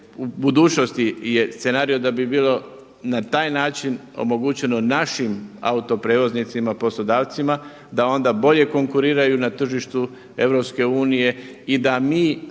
u budućnosti je scenario da bi bilo na taj način omogućeno našim auto prijevoznicima, poslodavcima da onda bolje konkuriraju na tržištu EU i da mi